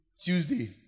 Tuesday